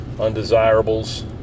Undesirables